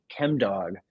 ChemDog